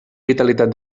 vitalitat